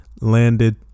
landed